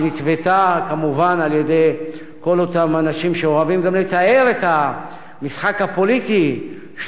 שנטוותה כמובן על-ידי כל אותם אנשים שאוהבים גם לתאר את המשחק הפוליטי,